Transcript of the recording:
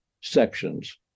sections